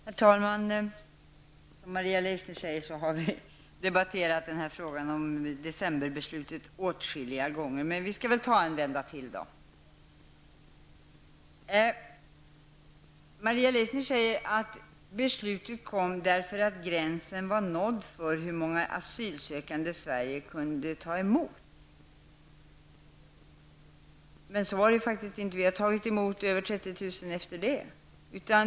Herr talman! Som Maria Leissner sade har vi debatterat frågan om december-beslutet åtskilliga gånger, men vi kan ju ta en vända till. Maria Leissner sade att beslutet fattades för att gränsen var nådd för hur många asylsökande Sverige kunde ta emot. Så var dock inte fallet. Vi har tagit emot över 30 000 flyktingar sedan dess.